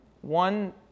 one